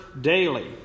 daily